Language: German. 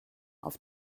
auf